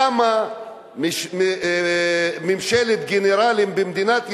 קמה ממשלת גנרלים במדינת ישראל,